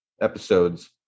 episodes